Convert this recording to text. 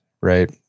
Right